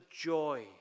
joy